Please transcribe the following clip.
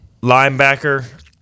linebacker